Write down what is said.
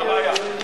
מה הבעיה?